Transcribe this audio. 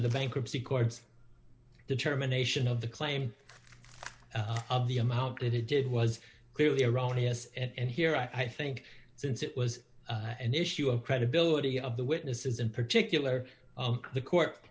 the bankruptcy courts determination of the claim of the amount that it did was clearly erroneous and here i think since it was an issue of credibility of the witnesses in particular the court